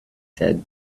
said